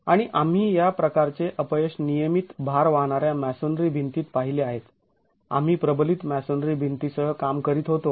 आणि आम्ही या प्रकारचे अपयश नियमित भार वाहणार्या मॅसोनरी भिंतीत पाहिले आहेत आम्ही प्रबलित मॅसोनरी भिंतीसह काम करीत होतो